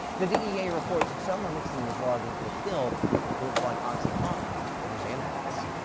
the the ea reports some are mixing the drug into a pill to look like oxy cotton or xanax.